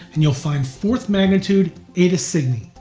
and you'll find fourth magnitude eta cygni.